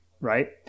Right